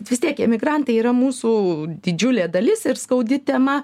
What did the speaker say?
vis tiek emigrantai yra mūsų didžiulė dalis ir skaudi tema